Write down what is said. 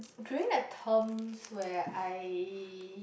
during the terms where I